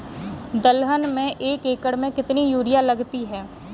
दलहन में एक एकण में कितनी यूरिया लगती है?